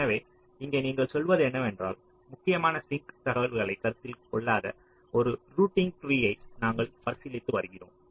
எனவே இங்கே நீங்கள் சொல்வது என்னவென்றால் முக்கியமான சிங்க் தகவல்களைக் கருத்தில் கொள்ளாத ஒரு ரூட்டிங் ட்ரீயை நாங்கள் பரிசீலித்து வருகிறோம்